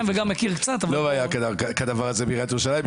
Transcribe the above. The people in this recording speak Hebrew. לא היה כדבר הזה בעיריית ירושלים.